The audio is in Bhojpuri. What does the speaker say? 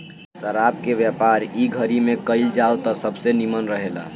शराब के व्यापार इ घड़ी में कईल जाव त सबसे निमन रहेला